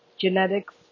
Genetics